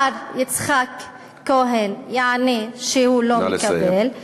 השר יצחק כהן יענה שהוא לא מקבל, נא לסיים.